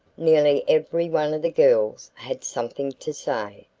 nearly every one of the girls had something to say,